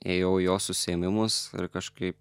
ėjau į jos užsiėmimus ir kažkaip